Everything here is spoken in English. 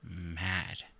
mad